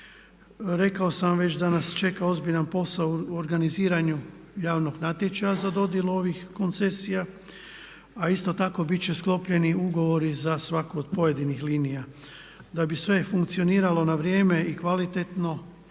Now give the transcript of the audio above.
Rekao sam vam već da nas čeka ozbiljan posao u organiziranju javnog natječaja za dodjelu ovih koncesija a isto tako biti će sklopljeni ugovori za svaku od pojedinih linija. Da bi sve funkcioniralo na vrijeme i kvalitetno